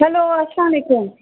hello اسلام علیکُم